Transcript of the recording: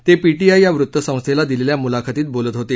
ते पीटीआय या वृत्तसंस्थेला दिलेल्या मुलाखतीत बोलत होते